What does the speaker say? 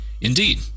Indeed